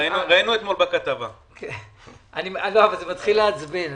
אבל זה מתחיל לעצבן.